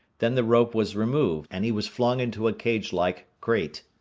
then the rope was removed, and he was flung into a cagelike crate.